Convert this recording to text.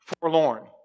forlorn